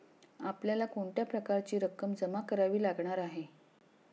आपल्याला कोणत्या प्रकारची रक्कम जमा करावी लागणार आहे?